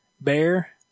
Bear